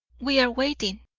we are waiting,